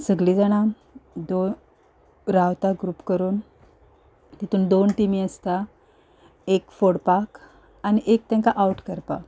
सगलीं जाणा रावता ग्रूप करून तितून दोन टिमी आसता एक फोडपाक आनी एक तांकां आवट करपा